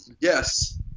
yes